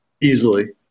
Easily